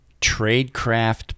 tradecraft